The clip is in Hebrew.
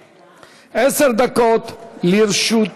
מס' 6958. עשר דקות לרשותך.